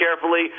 carefully